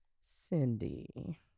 Cindy